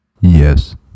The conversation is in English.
Yes